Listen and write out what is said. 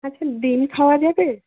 আচ্ছা ডিম খাওয়া যাবে